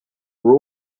were